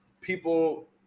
people